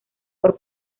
por